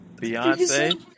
Beyonce